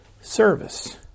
service